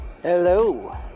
Hello